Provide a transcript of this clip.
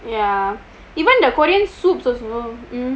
ya even the korean food also